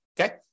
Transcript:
okay